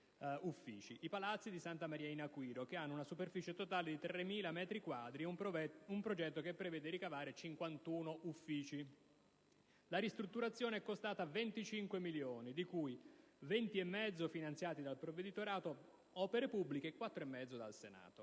il palazzo di Santa Maria in Aquiro, che ha una superficie totale di 3.000 metri quadri e dal quale un progetto prevede di ricavare 51 uffici. La ristrutturazione è costata 25 milioni di euro, di cui 20,5 finanziati dal Provveditorato alle opere pubbliche e 4,5 dal Senato.